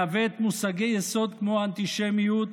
מעוות מושגי יסוד כמו אנטישמיות,